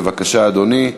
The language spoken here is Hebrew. בבקשה, אדוני.